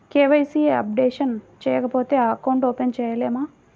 KYC updation చేయకపోతే account open చేయలేమా?